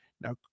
Now